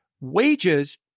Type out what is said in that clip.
wages